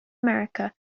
america